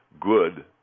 good